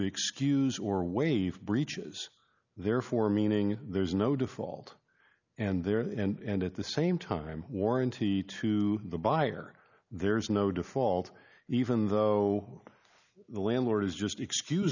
excuse or waive breaches therefore meaning there's no default and there and at the same time warranty to the buyer there's no default even though the landlord is just